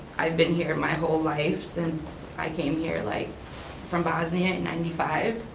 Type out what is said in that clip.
i've been here my whole life since i came here like from bosnia in ninety five,